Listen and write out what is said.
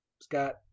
Scott